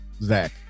Zach